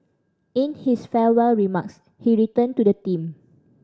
in his farewell remarks he returned to the theme